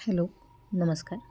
hello नमस्कार